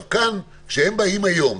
כשהם באים היום,